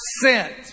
sent